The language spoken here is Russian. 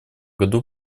году